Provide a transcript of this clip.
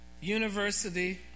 University